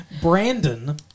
Brandon